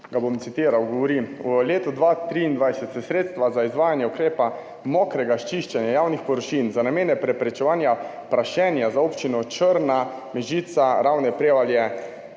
ga bom citiral, govori: »V letu 2023 se sredstva za izvajanje ukrepa mokrega čiščenja javnih površin za namene preprečevanja prašenja za občino Črna, Mežica, Ravne, Prevalje